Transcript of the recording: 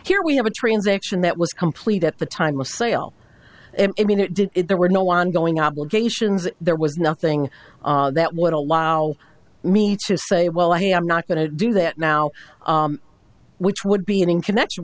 here we have a transaction that was complete at the time of sale it mean it did it there were no ongoing obligations there was nothing that would allow me to say well i am not going to do that now which would be in connection